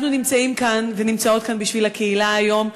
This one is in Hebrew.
אנחנו נמצאים ונמצאות כאן בשביל הקהילה היום.